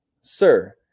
sir